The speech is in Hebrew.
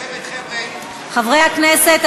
חברי הכנסת,